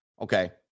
Okay